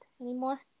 anymore